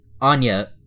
anya